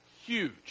huge